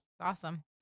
Awesome